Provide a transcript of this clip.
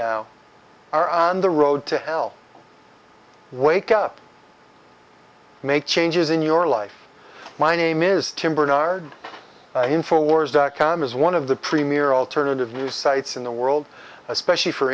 now are on the road to hell wake up make changes in your life my name is tim bernard in four wars dot com is one of the premier alternative news sites in the world especially for